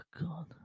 god